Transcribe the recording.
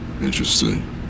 interesting